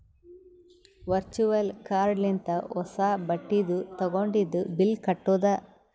virtual card ಲಿಂತ ಹೊಸಾ ಬಟ್ಟಿದು ತಗೊಂಡಿದು ಬಿಲ್ ಕಟ್ಟುದ್